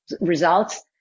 results